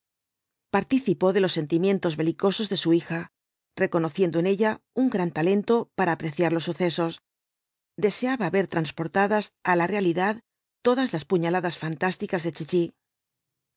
participó de los sentimientos belicosos de su hija reconociendo en ella un gran talento para apreciar los sucesos deseaba ver transportadas á la realidad todas las puñaladas fantásticas de chichi